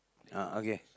uh ah okay